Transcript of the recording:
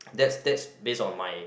that's that's based on my